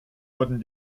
wurden